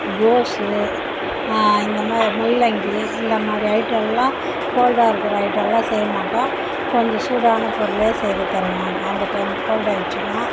கோசு இந்த மாதிரி முள்ளங்கி இந்த மாதிரி ஐட்டம் எல்லாம் கோல்ட்டா இருக்கிற ஐட்டம் எல்லாம் செய்யமாட்டோம் கொஞ்சம் சூடான பொருளே செய்து தருவோம் அந்த டைமு கோல்ட் ஆயிருச்சின்னா